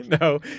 No